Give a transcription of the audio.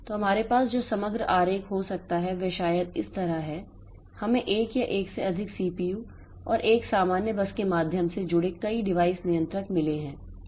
तो हमारे पास जो समग्र आरेख हो सकता है वह शायद इस तरह है हमें एक या एक से अधिक सीपीयू और एक सामान्य बस के माध्यम से जुड़े कई डिवाइस नियंत्रक मिले हैं